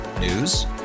News